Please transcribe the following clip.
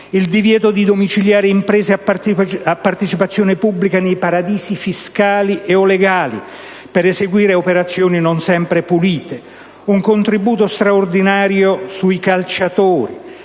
il divieto di domiciliare imprese a partecipazione pubblica nei paradisi fiscali e/o legali per eseguire operazioni non sempre pulite, un contributo straordinario sui calciatori,